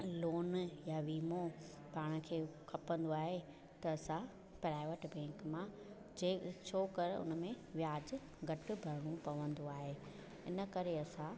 loan या वीमो पाण खे खपंदो आहे त असां प्राइवेट बैंक मां चे छोकर उनमें व्याजु घटि भरिणो पवंदो आहे इनकरे असां